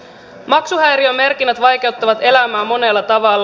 maksuhäiriömerkinnät vaikeuttavat elämää monella tavalla